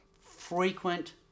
frequent